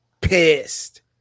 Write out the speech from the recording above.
pissed